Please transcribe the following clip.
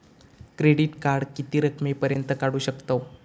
Credit card किती रकमेपर्यंत काढू शकतव?